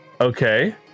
Okay